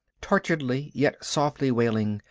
torturedly yet softly wailing,